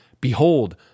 Behold